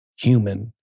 human